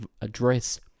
address